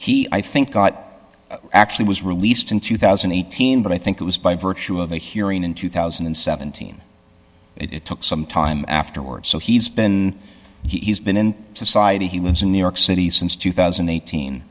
he i think got actually was released in two thousand and eighteen but i think it was by virtue of a hearing in two thousand and seventeen it took some time afterwards so he's been he's been in society he lives in new york city since two thousand and eighteen